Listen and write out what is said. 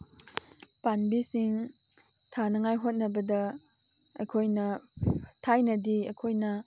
ꯄꯥꯝꯕꯤꯁꯤꯡ ꯊꯥꯅꯉꯥꯏ ꯍꯣꯠꯅꯕꯗ ꯑꯩꯈꯣꯏꯅ ꯊꯥꯏꯅꯗꯤ ꯑꯩꯈꯣꯏꯅ